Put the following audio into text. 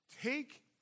take